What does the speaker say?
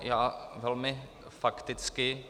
Já velmi fakticky.